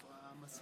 שלוש